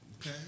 Okay